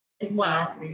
Wow